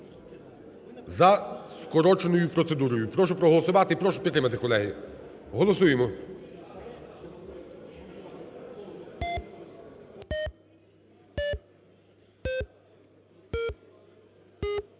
за скороченою процедурою. Прошу проголосувати і прошу підтримати, колеги. Голосуємо.